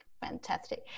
Fantastic